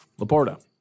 LaPorta